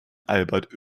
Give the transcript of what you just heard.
albert